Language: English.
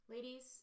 Ladies